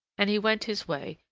and he went his way,